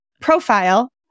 profile